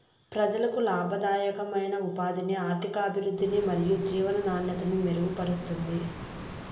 ప్రజలకు లాభదాయకమైన ఉపాధిని, ఆర్థికాభివృద్ధిని మరియు జీవన నాణ్యతను మెరుగుపరుస్తుంది